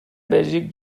بلژیک